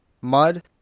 mud